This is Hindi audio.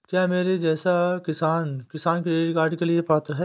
क्या मेरे जैसा किसान किसान क्रेडिट कार्ड के लिए पात्र है?